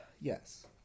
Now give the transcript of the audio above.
Yes